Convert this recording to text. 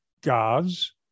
gods